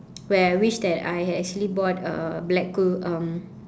where I wish that I had actually bought a blacker um